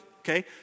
Okay